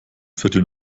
viertel